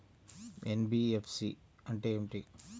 NBFC అంటే ఏమిటి?